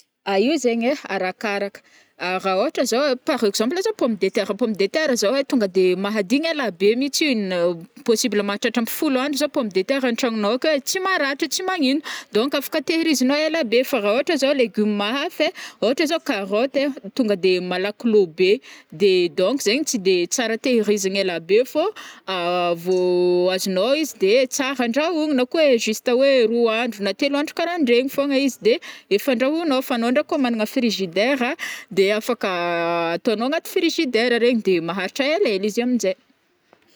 Io zegny ai arakaraka, ra ôhatra zao par exemple zao pomme de terre-pomme de terre zao ai tonga de mahadigny ela be mitsy igny na possible mahatratra amby folo andro zao pomme de terre am tragnonao ao ke tsy maratra tsy magnino donc afaka tehirizinao ela be fa ra ôhatra zao légumes hafa ai, ôhatra zao carotte ai tonga de malaky lô be de donc zeigny tsy de tsara tehirizina elabe fô vo azonao izy de tsara andrahoana na ko oe juste oe roa andro na telo andro karandregny fogna izy de efa andrahoagnô fa agnao ndraiky kô fa magnana frigidaire a, de afaka ataonao agnaty frigidaire regny de maharitra ela e,le izy amnjai.